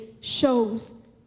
shows